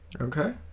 Okay